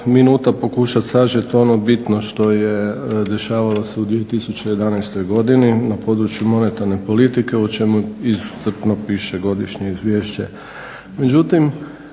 minuta pokušat sažet ono bitno što je dešavalo se u 2011. godini na području monetarne politike o čemu iscrpno piše godišnje izvješće.